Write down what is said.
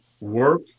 work